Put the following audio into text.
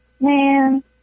man